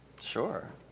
sure